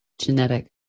Genetic